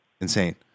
insane